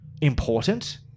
important